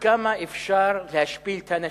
כמה אפשר להשפיל את האנשים?